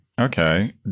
okay